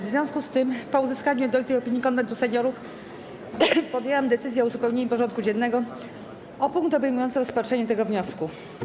W związku z tym, po uzyskaniu jednolitej opinii Konwentu Seniorów, podjęłam decyzję o uzupełnieniu porządku dziennego o punkt obejmujący rozpatrzenie tego wniosku.